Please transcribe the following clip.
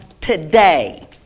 today